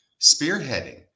spearheading